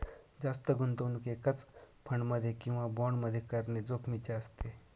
जास्त गुंतवणूक एकाच फंड मध्ये किंवा बॉण्ड मध्ये करणे जोखिमीचे असते